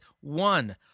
One